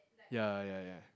ya ya ya